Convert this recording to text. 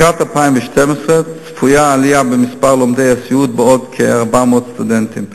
לקראת 2012 צפויה עלייה במספר לומדי הסיעוד בעוד כ-400 סטודנטים.